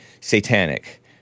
satanic